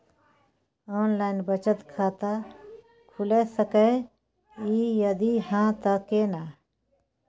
Online बचत खाता खुलै सकै इ, यदि हाँ त केना?